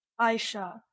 Aisha